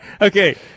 Okay